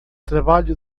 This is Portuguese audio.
trabalho